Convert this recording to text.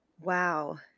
Wow